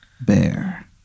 Bear